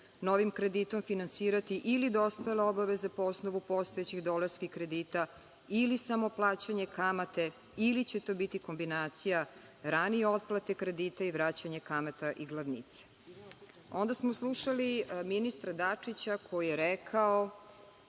novim kreditom finansirati ili dospele obaveze po osnovu obaveza po osnovu postojećih dolarskih kredita ili samo plaćanje kamate ili će to biti kombinacija ranije otplate kredita i vraćanje kamata i glavnica. Onda smo slušali ministra Dačića koji je rekao